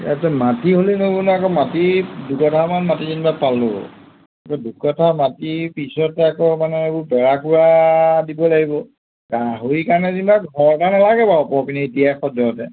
এতিয়া মাটি হ'লে নহ'ব ন আকৌ মাটি দুকঠামান মাটি যেনিবা পালোঁ দুকঠা মাটিৰ পিছতে আকৌ মানে এইবোৰ বেৰা কুৰা দিব লাগিব গাহৰি কাৰণে যেনিবা ঘৰৰ কাৰণে নালাগে বাৰু ওপৰৰ পিনে ইতিয়াই সাদ্যহতে